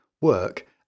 work